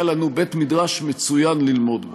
היה לנו בית-מדרש מצוין ללמוד בו,